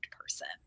person